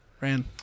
Ran